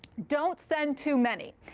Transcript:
don't send too many.